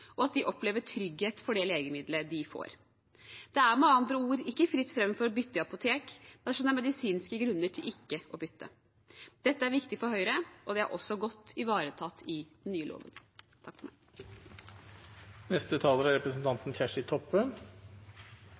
og at de opplever trygghet for det legemiddelet de får. Det er med andre ord ikke fritt fram for å bytte i apotek dersom det er medisinske grunner til ikke å bytte. Dette er viktig for Høyre, og det er også godt ivaretatt i den nye loven. Det er som sagt ein samrøystes komité bak denne innstillinga, og det er